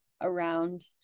around-